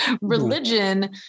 religion